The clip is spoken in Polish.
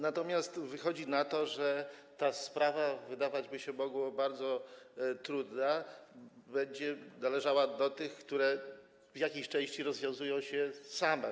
Natomiast wychodzi na to, że ta sprawa, wydawać by się mogło, bardzo trudna, będzie należała do tych, które w jakiejś części rozwiązują się same.